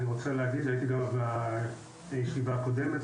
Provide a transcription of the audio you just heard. הזה, אני רוצה להגיד - הייתי גם בישיבה הקודמת